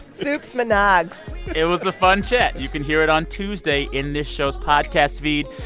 supes-monogs it was a fun chat. you can hear it on tuesday in this show's podcast feed.